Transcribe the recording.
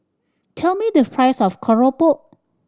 tell me the price of keropok